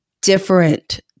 different